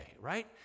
right